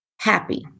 happy